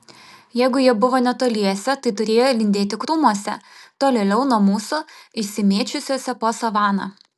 jeigu jie buvo netoliese tai turėjo lindėti krūmuose tolėliau nuo mūsų išsimėčiusiuose po savaną